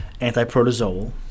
antiprotozoal